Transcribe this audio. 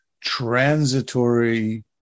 transitory